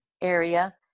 area